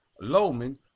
Lowman